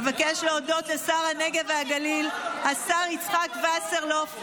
אבקש להודות לשר הנגב והגליל השר יצחק וסרלאוף,